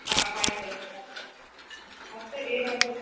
ಹಾಂ ಆಯಿತು ಆಯಿತು ಮತ್ತೆ ಏನಾದರೂ